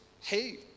hey